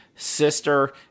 sister